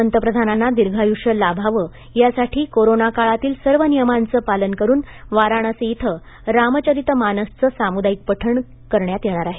पंतप्रधानांना दिर्घायुष्य लाभावं यासाठी कोरोना काळांतील सर्व नियमांचं पालन करुन वाराणशी इथं रामचरितमानस चं सामुदायीक पठण करण्यात येणार आहे